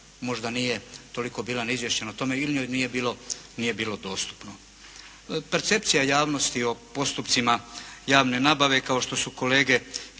možda nije toliko bila ni izviješćena o tome ili joj nije bilo dostupno. Percepcija javnosti o postupcima javne nabave kao što su kolege